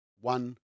one